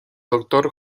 doctor